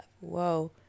whoa